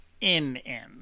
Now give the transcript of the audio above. in-in